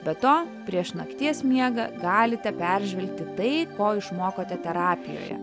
be to prieš nakties miegą galite peržvelgti tai ko išmokote terapijoje